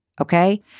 Okay